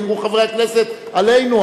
יאמרו חברי הכנסת: עלינו,